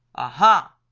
aha!